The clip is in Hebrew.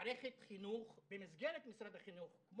מערכת חינוך במסגרת משרד החינוך.